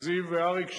זיו ואריק,